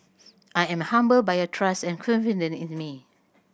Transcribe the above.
I am humbled by your trust and in me